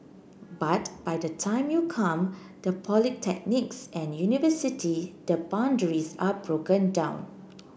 but by the time you come to polytechnics and university the boundaries are broken down